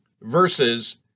versus